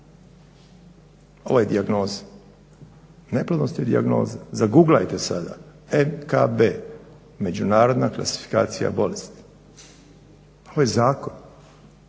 ovoj dijagnozi, neplodnost je dijagnoza, zagooglajte sada, MKB Međunarodna klasifikacija bolesti. Ovo je zakon